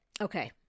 Okay